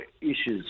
issues